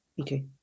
Okay